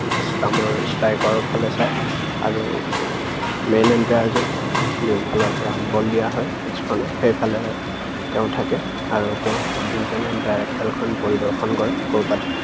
ষ্টাম্পৰ ষ্ট্ৰাইকাৰৰ ফালে চায় আৰু মেইন এম্পায়াৰজন যোনফালৰ পৰা বল দিয়া হয় পিটছখনৰ সেইফালে তেওঁ থাকে আৰু তেওঁ দুইজন এম্পায়াৰে খেলখন পৰিদৰ্শন কৰে ক'ৰবাত